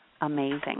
amazing